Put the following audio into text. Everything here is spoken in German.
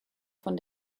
von